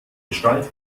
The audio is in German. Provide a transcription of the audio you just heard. gestalt